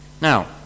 Now